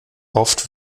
oft